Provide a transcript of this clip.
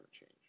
change